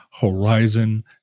Horizon